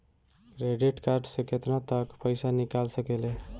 Credit card से केतना तक पइसा निकाल सकिले?